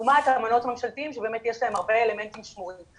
לעומת המעונות הממשלתיים שבאמת יש להם הרבה אלמנטים שמורים.